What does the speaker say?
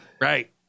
Right